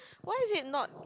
why is it not